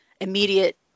immediate